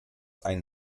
ein